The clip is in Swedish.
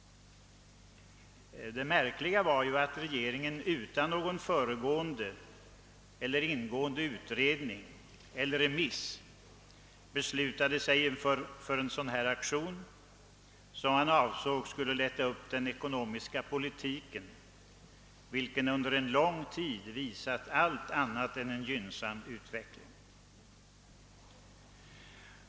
Det märkliga var att regeringen utan föregående eller ingående utredning eller remiss beslutade sig för en sådan här aktion, som man avsåg skulle lätta upp den ekonomiska politiken, vilken under lång tid visat allt annat än en gynnsam utveckling.